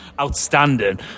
outstanding